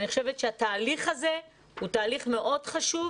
אני חושבת שהתהליך הזה הוא תהליך מאוד חשוב,